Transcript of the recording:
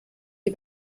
die